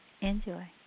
Enjoy